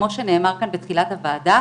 כפי שנאמר כאן בתחילת הישיבה,